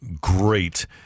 great